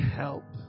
help